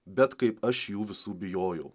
bet kaip aš jų visų bijojau